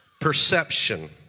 perception